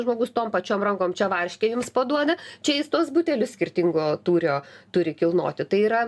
žmogus tom pačiom rankom čia varškę jums paduoda čia jis tuos butelius skirtingo tūrio turi kilnoti tai yra